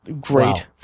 great